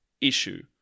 issue